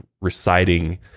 reciting